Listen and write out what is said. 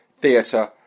Theatre